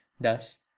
Thus